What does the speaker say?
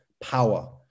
power